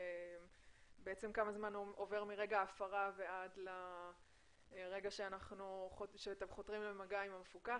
כמה זמן עובר מרגע ההפרה עד לרגע שאתם חותרים למגע עם המפוקח